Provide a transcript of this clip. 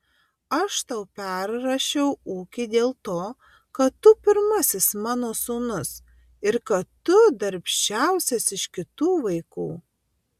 aš tau perrašiau ūkį dėl to kad tu pirmasis mano sūnus ir kad tu darbščiausias iš kitų vaikų